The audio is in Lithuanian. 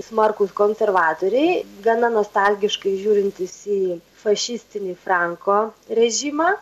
smarkūs konservatoriai gana nostalgiškai žiūrintys į fašistinį franko režimą